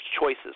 choices